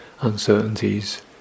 uncertainties